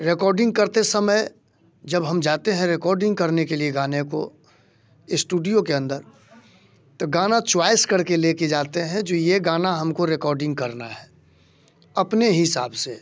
recording करते समय जब हम जाते हैं रिकॉर्डिंग करने के लिए गाने को इस्टूडियो के अंदर तो गाना चॉइस कर के ले कर जाते हैं जो ये गाना ह मको रिकॉर्डिंग करना है अपने हिसाब से